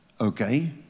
okay